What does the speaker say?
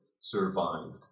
survived